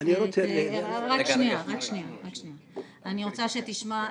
--- אני רוצה --- אני רוצה שתשמע.